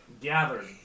gathered